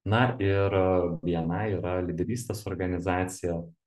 na ir bni yra lyderystės organizacija